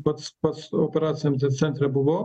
pats pats operaciniam ten centre buvau